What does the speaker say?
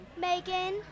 Megan